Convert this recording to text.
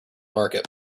market